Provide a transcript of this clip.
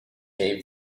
gave